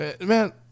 Man